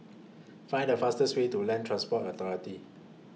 Find The fastest Way to Land Transport Authority